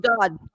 God